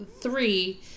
three